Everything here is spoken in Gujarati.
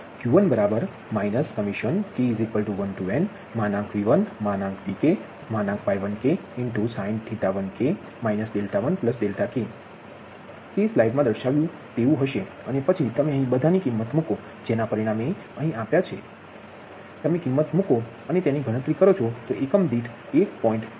Q1k1nV1VkY1ksin1k 1k તે સ્લાઇડમા દર્શાવ્યુ તેવું હશે અને પછી તમે અહીં બધા ની કીમત મૂકો જેના પરિમાણોઅહીં આપ્યા છે તે બધા પરિમાણોમા તમે કિમત મૂકો અને તમે તેની ગણતરી કરો છો તો એકમ દીઠ ૧